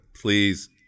please